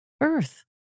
earth